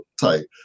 type